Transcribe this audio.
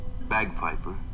bagpiper